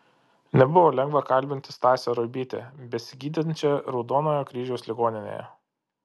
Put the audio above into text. nebuvo lengva kalbinti stasę ruibytę besigydančią raudonojo kryžiaus ligoninėje